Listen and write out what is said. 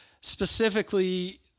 specifically